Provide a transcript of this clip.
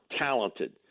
talented